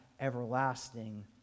everlasting